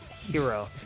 hero